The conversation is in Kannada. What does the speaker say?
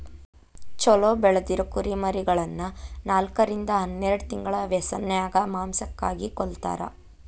ಚೊಲೋ ಬೆಳದಿರೊ ಕುರಿಮರಿಗಳನ್ನ ನಾಲ್ಕರಿಂದ ಹನ್ನೆರಡ್ ತಿಂಗಳ ವ್ಯಸನ್ಯಾಗ ಮಾಂಸಕ್ಕಾಗಿ ಕೊಲ್ಲತಾರ